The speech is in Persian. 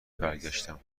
برگشتم